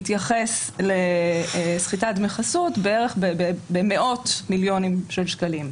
התייחס לסחיטת דמי חסות במאות מיליונים של שקלים.